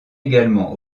également